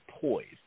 poised